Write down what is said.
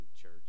church